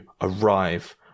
arrive